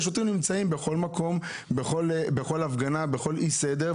השוטרים נמצאים בכל מקום, בכל הפגנה, בכל אי סדר.